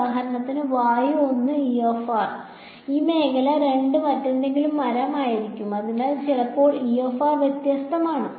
ഉദാഹരണത്തിന് വായു 1 ആയിരിക്കാം ഈ മേഖല 2 മറ്റെന്തെങ്കിലും മരം ശരിയായിരിക്കാം അതിനാൽ ചിലത് വ്യത്യസ്തമാണ്